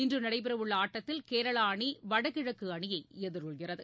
இன்று நடைபெறவுள்ள ஆட்டத்தில் கேரளா அணி வடகிழக்கு அணியை எதிர்கொள்கிறது